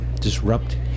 disrupt